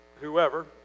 whoever